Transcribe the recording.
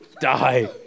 die